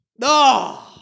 No